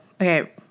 okay